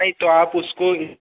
नहीं तो आप उसको